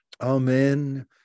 amen